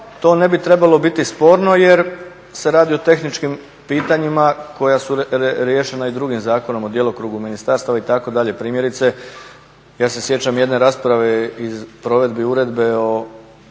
to ne bi trebalo biti sporno jer se radi o tehničkim pitanjima koja su riješena i drugim zakonom o djelokrugu ministarstava itd. Primjerice ja se sjećam jedne rasprave iz provedbi uredbe iz